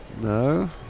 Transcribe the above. no